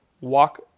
walk